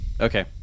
okay